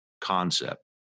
concept